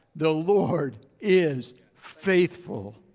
the lord is faithful.